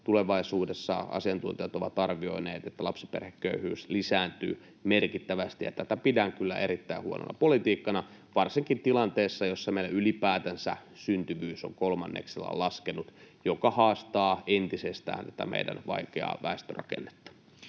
tulevaisuudessa lapsiperheköyhyys lisääntyy merkittävästi, ja tätä pidän kyllä erittäin huonona politiikkana, varsinkin tilanteessa, jossa meillä ylipäätänsä syntyvyys on kolmanneksella laskenut, mikä haastaa entisestään tätä meidän vaikeaa väestörakennettamme.